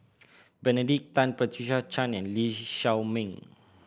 Benedict Tan Patricia Chan and Lee Shao Meng